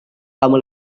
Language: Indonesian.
kamu